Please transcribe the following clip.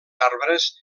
arbres